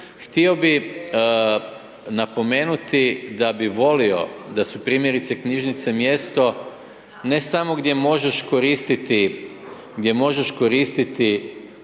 Htio bih napomenuti da bi volio da su primjerice, knjižnice mjesto ne samo gdje možeš koristiti